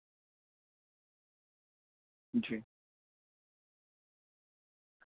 جی